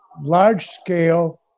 large-scale